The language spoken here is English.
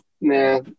Nah